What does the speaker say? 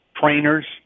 Trainers